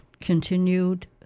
continued